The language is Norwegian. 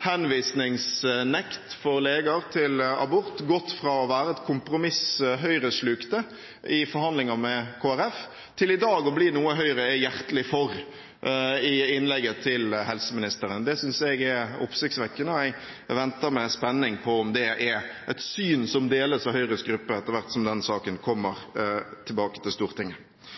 henvisningsnekt for leger til abort gått fra å være et kompromiss Høyre slukte i forhandlinger med Kristelig Folkeparti, til i dag å bli noe Høyre er hjertelig for – i innlegget til helseministeren. Det synes jeg er oppsiktsvekkende, og jeg venter med spenning på om det er et syn som deles av Høyres gruppe etter hvert som den saken kommer tilbake til Stortinget.